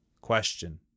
Question